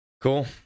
Cool